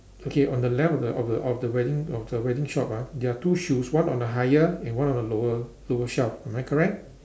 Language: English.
okay on the left of the of the of the wedding of the wedding shop ah there are two shoes one on the higher and one on the lower lower shelf am I correct